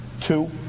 Two